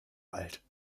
alt